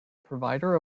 provider